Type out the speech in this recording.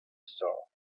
star